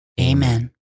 Amen